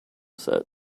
set